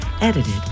edited